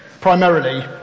primarily